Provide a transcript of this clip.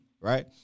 right